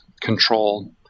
control